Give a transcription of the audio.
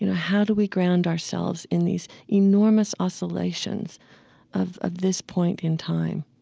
you know how do we ground ourselves in these enormous oscillations of ah this point in time?